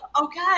Okay